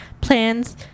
plans